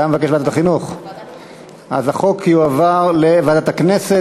התשע"ג 2013, לדיון מוקדם בוועדה שתקבע ועדת הכנסת